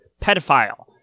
pedophile